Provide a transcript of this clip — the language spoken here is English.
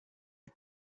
had